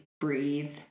breathe